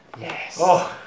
Yes